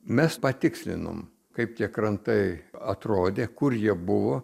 mes patikslinom kaip tie krantai atrodė kur jie buvo